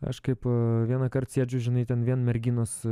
aš kaip vienąkart sėdžiu žinai ten vien merginos